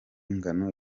ingano